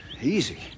Easy